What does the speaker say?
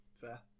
Fair